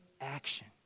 action